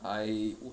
I